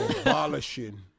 abolishing